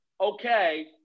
okay